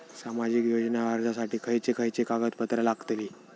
सामाजिक योजना अर्जासाठी खयचे खयचे कागदपत्रा लागतली?